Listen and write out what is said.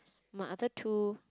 my other two